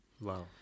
Wow